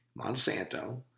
Monsanto